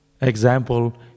example